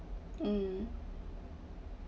mm